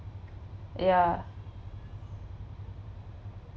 ya